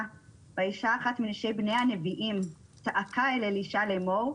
"ואשה אחת מנשי בני הנביאים צעקה אל אלישע לאמור,